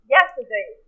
Yesterday